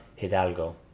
Hidalgo